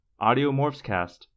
audiomorphscast